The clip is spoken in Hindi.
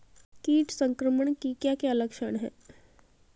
कीट संक्रमण के क्या क्या लक्षण हैं?